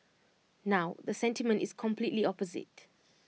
now the sentiment is completely opposite